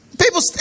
people